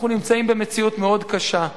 אנחנו נמצאים במציאות מאוד קשה,